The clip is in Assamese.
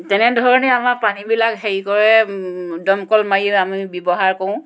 তেনেধৰণেই আমাৰ পানীবিলাক হেৰি কৰে দমকল মাৰি আমি ব্যৱহাৰ কৰোঁ